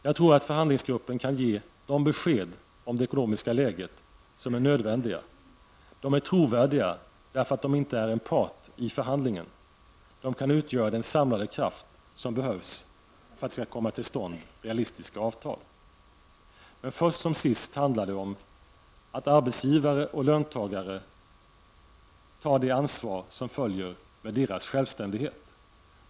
Jag tror att förhandlingsgruppen kan ge de besked om det ekonomiska läget som är nödvändiga. De som ingår i gruppen är trovärdiga därför att den inte är en part i förhandlingen. De kan utgöra den samlande kraft som behövs för att det skall komma till stånd realistiska avtal. Men först som sist handlar det om att arbetsgivare och löntagare tar det ansvar som följer med deras självständighet.